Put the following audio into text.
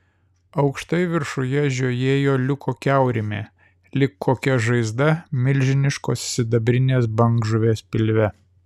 aukštai viršuje žiojėjo liuko kiaurymė lyg kokia žaizda milžiniškos sidabrinės bangžuvės pilve